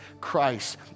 Christ